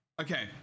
Okay